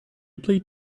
played